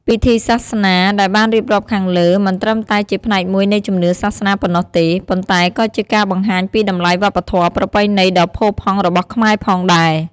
ពិធីសាសនាដែលបានរៀបរាប់ខាងលើមិនត្រឹមតែជាផ្នែកមួយនៃជំនឿសាសនាប៉ុណ្ណោះទេ ប៉ុន្តែក៏ជាការបង្ហាញពីតម្លៃវប្បធម៌ប្រពៃណីដ៏ផូរផង់របស់ខ្មែរផងដែរ។